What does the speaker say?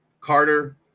Carter